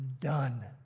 done